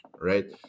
right